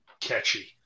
catchy